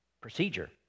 procedure